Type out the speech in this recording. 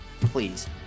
please